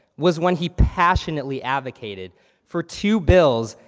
was when he passionately advocated for two bills,